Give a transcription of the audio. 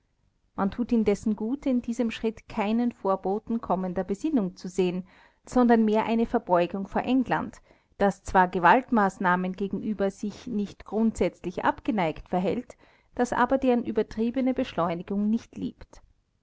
man tut indessen gut in diesem schritt keinen vorboten kommender besinnung zu sehen sondern mehr eine verbeugung vor england das zwar gewaltmaßnahmen gegenüber sich nicht grundsätzlich abgeneigt verhält das aber deren übertriebene beschleunigung nicht liebt